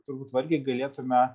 turbūt vargiai galėtume